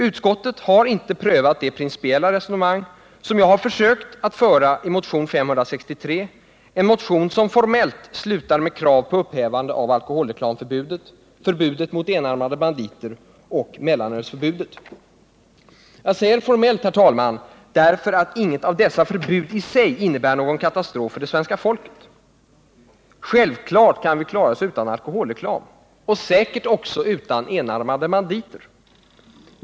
Utskottet har inte prövat det principiella resonemang som jag har försökt att föra i motionen 563, en motion som formellt slutar med krav på upphävande av alkoholreklamförbudet, förbudet mot enarmade banditer och mellanölsförbudet. Jag säger formellt, herr talman, eftersom inget av dessa förbud i sig innebär någon katastrof för det svenska folket. Självfallet kan vi klara oss utan alkoholreklam och säkert också utan enarmade banditer.